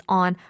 on